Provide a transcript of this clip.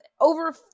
over